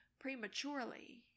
prematurely